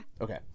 okay